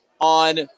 on